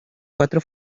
cuatro